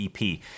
EP